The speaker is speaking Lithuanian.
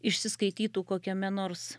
išsiskaitytų kokiame nors